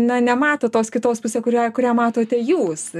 na nemato tos kitos pusė kurią kurią matote jūs